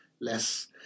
less